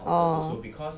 orh